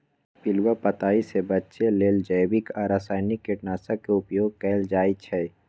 पिलुआ पताइ से बचे लेल जैविक आ रसायनिक कीटनाशक के उपयोग कएल जाइ छै